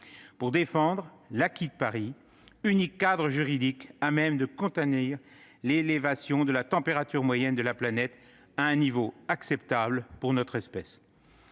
pour défendre l'acquis de Paris, unique cadre juridique à même de contenir l'élévation de la température moyenne de la planète à un niveau acceptable pour notre espèce.